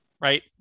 Right